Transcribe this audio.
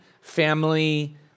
family